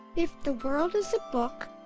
if the world is a book,